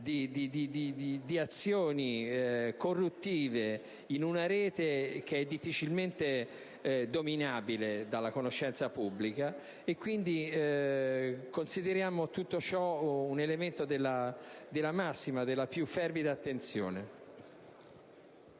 di azioni corruttive in una rete che è difficilmente dominabile dalla conoscenza pubblica. Consideriamo pertanto tutto ciò un elemento degno della massima e della più fervida attenzione.